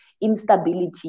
instability